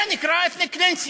זה נקרא ethnic cleansing,